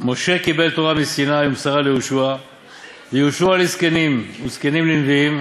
אבות: "משה קיבל תורה מסיני ומסרה ליהושע ויהושע לזקנים וזקנים לנביאים